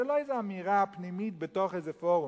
זו לא איזו אמירה פנימית בתוך איזה פורום,